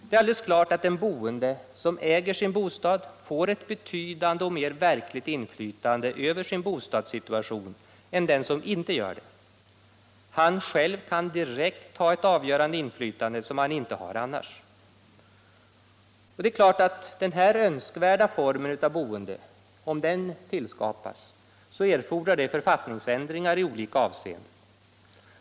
Det är alldeles klart att den boende som äger sin bostad får ett betydande och mer verkligt inflytande över sin bostadssituation än den som inte gör det. Han själv kan direkt få ett avgörande inflytande, som han annars inte har. Om den här önskvärda formen av boende kan tillskapas, erfordrar det författningsändringar i olika avseenden.